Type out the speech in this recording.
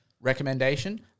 Recommendation